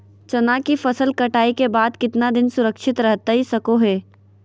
चना की फसल कटाई के बाद कितना दिन सुरक्षित रहतई सको हय?